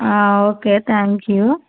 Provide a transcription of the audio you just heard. okay thank you